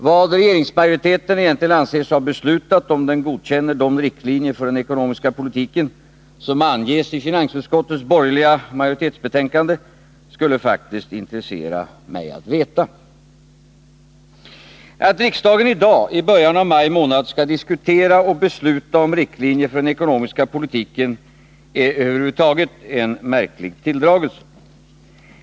Vad regeringsmajoriteten egentligen anser sig ha beslutat, om den godkänner de riktlinjer för den ekonomiska politiken som angetts i finansutskottets borgerliga majoritetsbetänkande, skulle faktiskt intressera mig att veta. Att riksdagen i dag, i början av maj månad, skall diskutera och besluta om riktlinjer för den ekonomiska politiken, är över huvud taget en märklig tilldragelse.